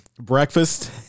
breakfast